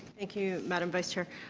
thank you, madam vice chair.